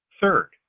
Third